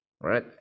right